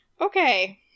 okay